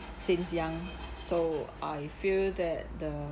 since young so I feel that the